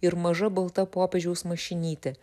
ir maža balta popiežiaus mašinytė